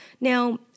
Now